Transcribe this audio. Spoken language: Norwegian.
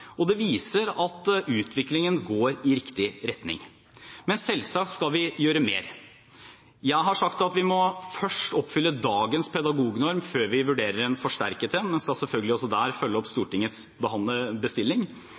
og det viser at utviklingen går i riktig retning. Men selvsagt skal vi gjøre mer. Jeg har sagt at vi først må oppfylle dagens pedagognorm før vi vurderer en forsterket en, men vi skal selvfølgelig også der følge opp Stortingets bestilling.